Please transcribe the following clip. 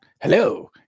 Hello